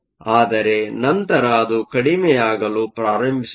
ಆದರೆ ನಂತರ ಅದು ಕಡಿಮೆಯಾಗಲು ಪ್ರಾರಂಭಿಸುತ್ತದೆ